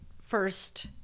first